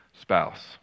spouse